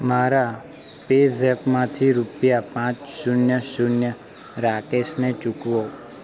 મારા પેઝેપમાંથી રૂપિયા પાંચ શૂન્ય શૂન્ય રાકેશને ચૂકવો